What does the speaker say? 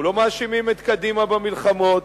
אנחנו לא מאשימים את קדימה במלחמות,